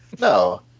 No